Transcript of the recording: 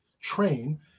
train